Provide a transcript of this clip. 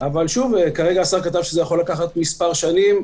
אבל שוב השר כתב שזה יכול לקחת מספר שנים.